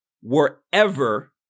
wherever